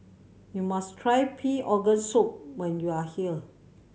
you must try pig organ soup when you are here